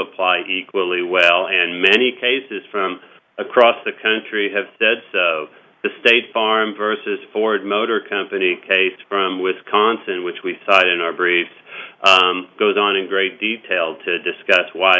apply equally well and many cases from across the country have said of the state farm versus ford motor company case from wisconsin which we cited in our brief goes on in great detail to discuss why